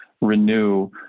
renew